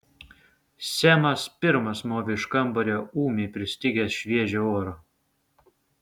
semas pirmas movė iš kambario ūmiai pristigęs šviežio oro